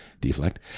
deflect